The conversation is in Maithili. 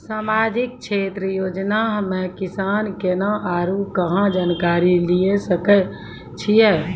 समाजिक क्षेत्र के योजना हम्मे किसान केना आरू कहाँ जानकारी लिये सकय छियै?